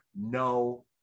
no